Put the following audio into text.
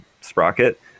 sprocket